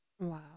Wow